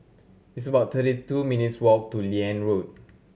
it's about thirty two minutes' walk to Liane Road